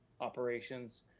operations